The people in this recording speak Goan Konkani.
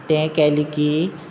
ते तें केलें की